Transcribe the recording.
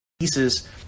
pieces